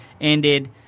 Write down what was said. ended